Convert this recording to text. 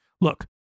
Look